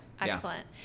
Excellent